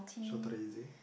Chateraise